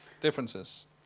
differences